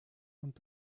und